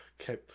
Okay